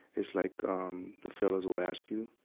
is like, um, the fellas will ask you,